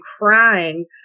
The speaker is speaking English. crying